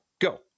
go